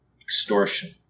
Extortion